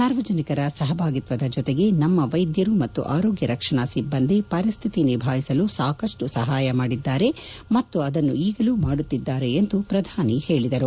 ಸಾರ್ವಜನಿಕರ ಸಹಭಾಗಿತ್ವದ ಜೊತೆಗೆ ನಮ್ಮ ವೈದ್ಯರು ಮತ್ತು ಆರೋಗ್ಯ ರಕ್ಷಣಾ ಸಿಬ್ಬಂದಿ ಪರಿಸ್ಥಿತಿಯನ್ನು ನಿಭಾಯಿಸಲು ಸಾಕಷ್ಟು ಸಪಾಯ ಮಾಡಿದ್ದಾರೆ ಮತ್ತು ಅದನ್ನು ಇನ್ನೂ ಮಾಡುತ್ತಿದ್ದಾರೆ ಎಂದು ಪ್ರಧಾನಿ ಹೇಳಿದರು